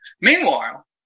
Meanwhile